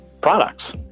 products